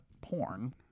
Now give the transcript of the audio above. Porn